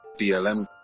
BLM